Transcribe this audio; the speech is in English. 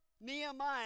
Nehemiah